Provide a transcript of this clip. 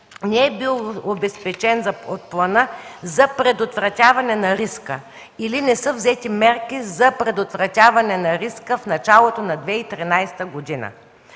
не е бил обезпечен за предотвратяване на риска или не са взети мерки за предотвратяване на риска от началото на 2013 г.